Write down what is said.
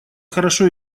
хорошо